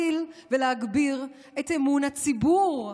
ככה אני יכולה להגדיל ולהגביר את אמון הציבור,